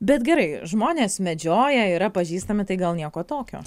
bet gerai žmonės medžioja yra pažįstami tai gal nieko tokio